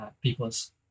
people's